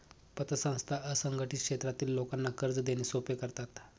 पतसंस्था असंघटित क्षेत्रातील लोकांना कर्ज देणे सोपे करतात